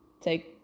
Take